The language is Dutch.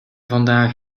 vandaag